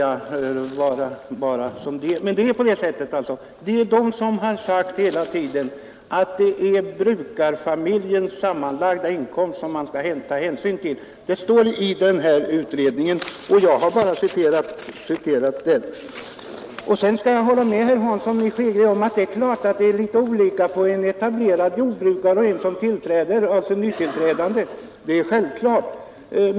I utredningen står det att man skall ta hänsyn till brukarfamiljens sammanlagda inkomster, och jag har bara citerat ur den. Jag håller med herr Hansson om att förhållandena naturligtvis blir olika för en etablerad jordbrukare och för en nytillträdande.